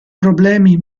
problemi